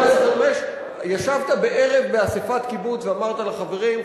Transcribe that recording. ישבת בערב באספת קיבוץ ואמרת לחברים,